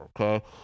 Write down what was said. okay